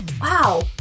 wow